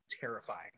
terrifying